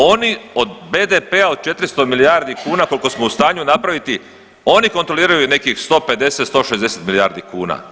Oni od BDP-a od 400 milijardi kuna koliko smo u stanju napraviti oni kontroliraju nekih 150, 160 milijardi kuna.